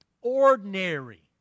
Ordinary